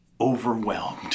overwhelmed